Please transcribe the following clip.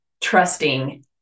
trusting